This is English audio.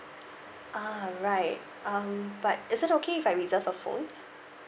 ah right um but is it okay if I reserve a phone